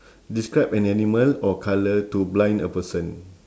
describe an animal or colour to blind a person